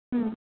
ਹੂੰ